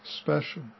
special